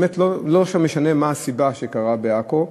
לא משנה מה הסיבה לכך שזה קרה בעכו,